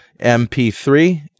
MP3